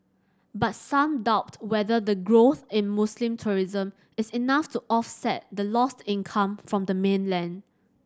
but some doubt whether the growth in Muslim tourism is enough to offset the lost income from the mainland